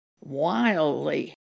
wildly